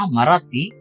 Marathi